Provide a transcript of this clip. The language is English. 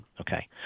Okay